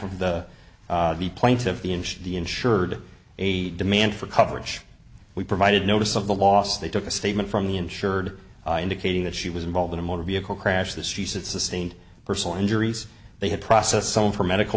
plaintiffs the in the insured a demand for coverage we provided notice of the loss they took a statement from the insured indicating that she was involved in a motor vehicle crash that she said sustained personal injuries they had process some for medical